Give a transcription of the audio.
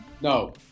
No